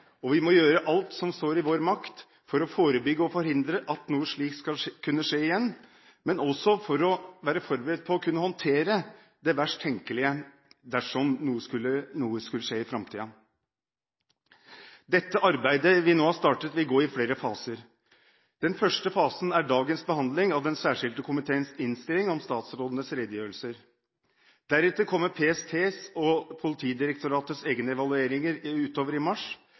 Vi må gjøre alt som står i vår makt for å forebygge og forhindre at noe slikt skal kunne skje igjen, men også for å være forberedt på å kunne håndtere det verst tenkelige, dersom noe skulle skje i framtiden. Det arbeidet vi nå har startet, vil gå i flere faser. Den første fasen er dagens behandling av Den særskilte komités innstilling om statsrådenes redegjørelser. Deretter kommer PSTs og Politidirektoratets egne evalueringer utover i mars.